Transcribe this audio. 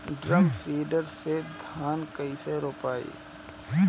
Drum seeder से धान कैसे रोपाई?